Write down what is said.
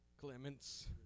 Clements